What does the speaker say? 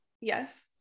yes